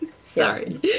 Sorry